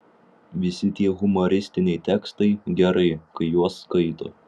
visi tie humoristiniai tekstai gerai kai juos skaito